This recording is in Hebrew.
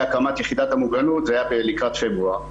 הקמת יחידת המוגנות זה היה לקראת פברואר.